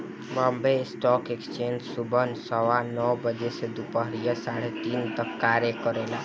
Bombay stock exchange सुबह सवा नौ बजे से दूपहरिया साढ़े तीन तक कार्य करेला